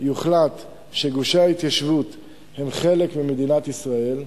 יוחלט שגושי ההתיישבות הם חלק ממדינת ישראל,